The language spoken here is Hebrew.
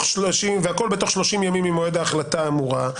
והכול בתוך 30 ימים ממועד ההחלטה האמורה.